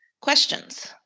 questions